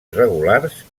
irregulars